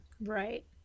Right